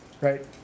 Right